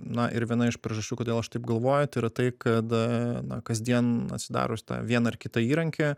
na ir viena iš priežasčių kodėl aš taip galvoju tai yra tai kad na kasdien atsidarius tą vieną ar kitą įrankį